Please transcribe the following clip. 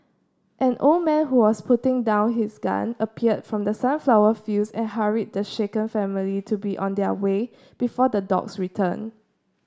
an old man who was putting down his gun appeared from the sunflower fields and hurried the shaken family to be on their way before the dogs return